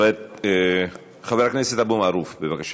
בארץ